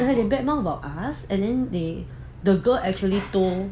they bad mouth about us and then they the girl actually told